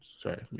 Sorry